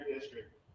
district